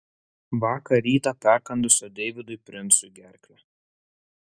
vakar rytą perkandusio deividui princui gerklę